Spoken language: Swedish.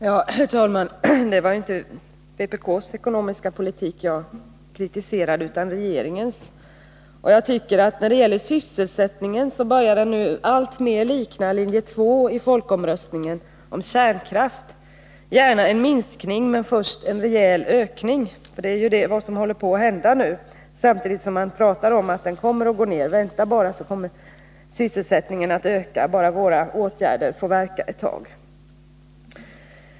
Herr talman! Det var inte vpk:s ekonomiska politik som jag kritiserade utan regeringens. Och jag tycker att när det gäller arbetslösheten börjar det hela nu alltmer likna linje 2 i folkomröstningen om kärnkraft — gärna en minskning, men först en rejäl ökning. Det är ju vad som håller på att hända nu. Samtidigt talar man om att det kommer att bli en nedgång. Vänta bara, så kommer sysselsättningen att öka, bara våra åtgärder får verka ett tag.